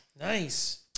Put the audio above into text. Nice